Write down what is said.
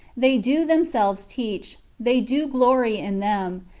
they do themselves teach, they do glory in them,